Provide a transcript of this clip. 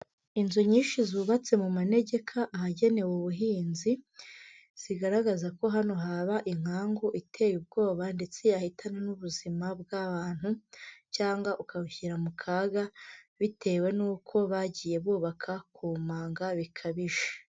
Inzu nyinshi zubatse mu manegeka ahagenewe ubuhinzi, zigaragaza ko hano haba inkangu iteye ubwoba ndetse yahitana n'ubuzima bw'abantu cyangwa ukabishyira mu kaga bitewe n'uko bagiye bubaka ku manga bikabije.